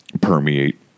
permeate